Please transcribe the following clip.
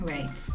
Right